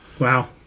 Wow